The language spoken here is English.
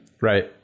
Right